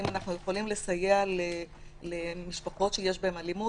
האם אנחנו יכולים לסייע למשפחות שיש בהן אלימות